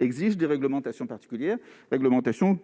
exige des réglementations particulières, réglementations